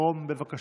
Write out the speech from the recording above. אני מתנגד לחוק,